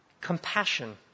compassion